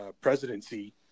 presidency